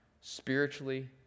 spiritually